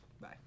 Bye